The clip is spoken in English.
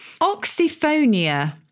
Oxyphonia